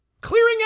Clearing